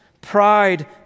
pride